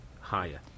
higher